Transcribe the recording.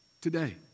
today